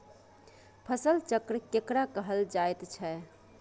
फसल चक्र केकरा कहल जायत छै?